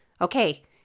Okay